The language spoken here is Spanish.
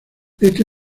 este